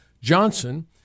Johnson